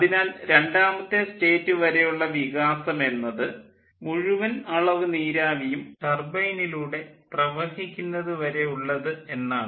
അതിനാൽ രണ്ടാമത്തെ സ്റ്റേറ്റ് വരെയുള്ള വികാസം എന്നത് മുഴുവൻ അളവു നീരാവിയും ടർബൈനിലൂടെ പ്രവഹിക്കുന്നതു വരെ ഉള്ളത് എന്നാണ്